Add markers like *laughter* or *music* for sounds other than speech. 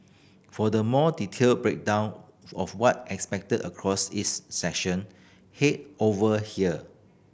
for the more detailed breakdown of what expect across *unintelligible* session head over here